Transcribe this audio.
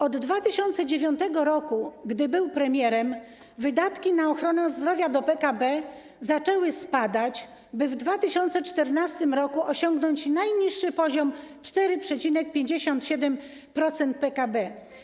Od 2009 r., gdy był premierem, wydatki na ochronę zdrowia w relacji do PKB zaczęły spadać, by w 2014 r. osiągnąć najniższy poziom 4,57% PKB.